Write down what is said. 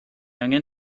angen